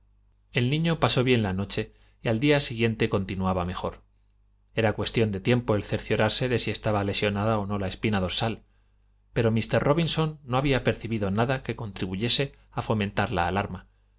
el niño pasó bien la noche y al siguiente día continuaba mejor era cuestión de tiempo el cerciorarse de si estaba lesionada o no la espina dorsal pero míster robinson no había percibido nada que contribuyese a fomentar la alarma